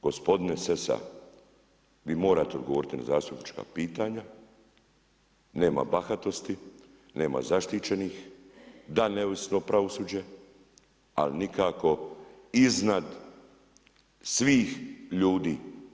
Gospodine Sessa vi morate odgovoriti na zastupnička pitanja, nema bahatosti, nema zaštićenih, da neovisno pravosuđe ali nikako iznad svih ljudi.